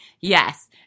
Yes